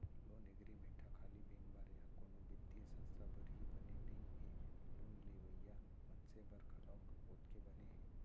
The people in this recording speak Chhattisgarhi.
लोन एग्रीमेंट ह खाली बेंक बर या कोनो बित्तीय संस्था बर ही बने नइ हे लोन लेवइया मनसे बर घलोक ओतके बने हे